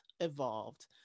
Evolved